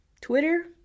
Twitter